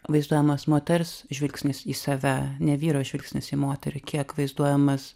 vaizduojamas moters žvilgsnis į save ne vyro žvilgsnis į moterį kiek vaizduojamas